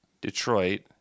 Detroit